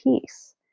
peace